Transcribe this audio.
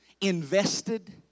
invested